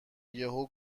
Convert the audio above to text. یهو